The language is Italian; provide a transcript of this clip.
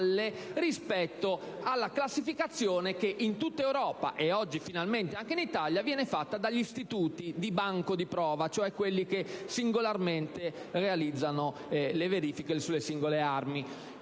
rispetto alla classificazione che in tutta Europa - e oggi finalmente anche in Italia - viene fatta dagli istituti di banco di prova, che realizzano le verifiche sulle singole armi.